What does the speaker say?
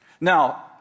Now